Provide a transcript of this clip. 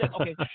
Okay